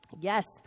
Yes